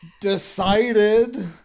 decided